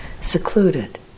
secluded